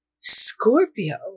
Scorpio